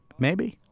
maybe